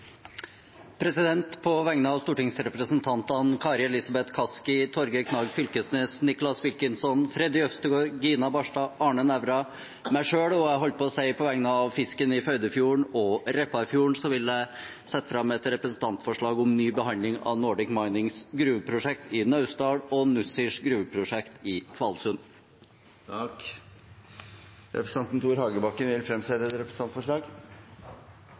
På vegne av stortingsrepresentantene Kari Elisabeth Kaski, Torgeir Knag Fylkesnes, Nicholas Wilkinson, Freddy André Øvstegård, Gina Barstad, Arne Nævra og meg selv – og jeg holdt på å si på vegne av fisken i Førdefjorden og Repparfjorden – vil jeg sette fram et representantforslag om ny behandling av Nordic Minings gruveprosjekt i Naustdal og Nussirs gruveprosjekt i Kvalsund. Representanten Tore Hagebakken vil fremsette et representantforslag.